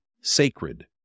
sacred